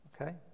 okay